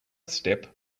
step